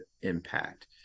impact